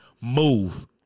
move